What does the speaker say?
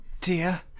dear